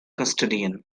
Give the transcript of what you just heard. custodian